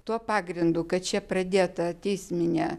tuo pagrindu kad čia pradėta teisminė